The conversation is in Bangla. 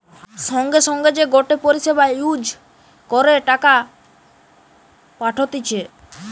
সঙ্গে সঙ্গে যে গটে পরিষেবা ইউজ করে টাকা পাঠতিছে